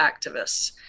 activists